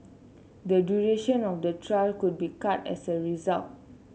the duration of the trial could be cut as a result